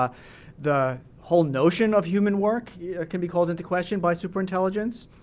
ah the whole notion of human work can be called into question by superintelligence.